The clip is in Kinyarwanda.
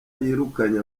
yirukanye